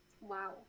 wow